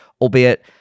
albeit